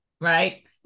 Right